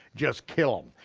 just kill them.